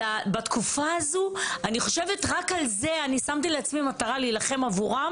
בתקופה הזו - אני חושבת רק על זה אני שמתי לעצמי מטרה להילחם עבורם